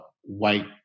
white